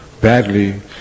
badly